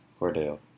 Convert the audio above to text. Cordell